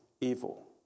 evil